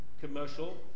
commercial